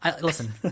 listen